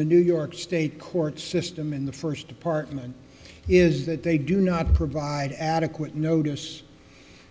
the new york state court system in the first department is that they do not provide adequate notice